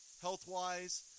health-wise